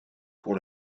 pour